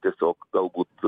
tiesiog galbūt